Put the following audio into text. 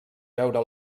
veure